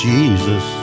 Jesus